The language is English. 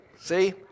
See